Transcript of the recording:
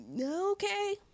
okay